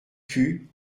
put